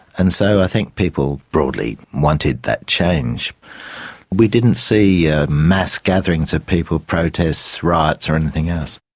and so i think people broadly wanted that change we didn't see ah mass gatherings of people, protests, riots, or anything else.